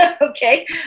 Okay